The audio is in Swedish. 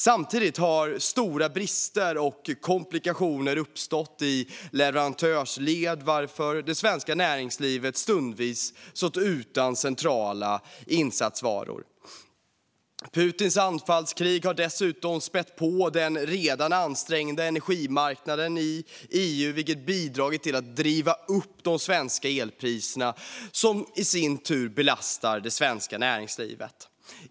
Samtidigt har stora brister och komplikationer uppstått i leverantörsled varför det svenska näringslivet stundvis stått utan centrala insatsvaror. Putins anfallskrig har dessutom spätt på den redan ansträngda energimarknaden i EU vilket bidragit till att driva upp de svenska elpriserna, något som i sin tur belastar det svenska näringslivet.